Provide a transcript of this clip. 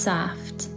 Soft